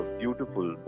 beautiful